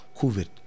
COVID